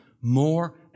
more